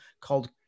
called